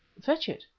fetch it,